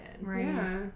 Right